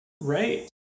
Right